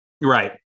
Right